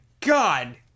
god